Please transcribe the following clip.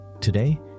Today